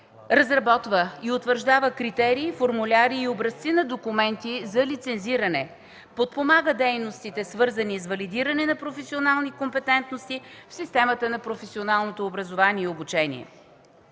разработва и утвърждава критерии, формуляри и образци на документи за лицензиране, подпомага дейностите, свързани с валидиране на професионални компетентности в системата на професионалното образование и обучение.